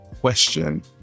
question